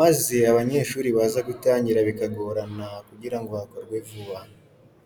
maze abanyeshuri baza gutangira bikagorana kugira ngo hakorwe vuba.